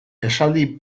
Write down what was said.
esaldi